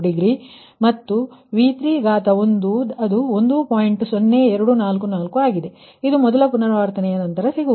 0244 ಆಗಿದೆ ಇದು ಮೊದಲ ಪುನರಾವರ್ತನೆಯ ನಂತರ ಸಿಗುವುದು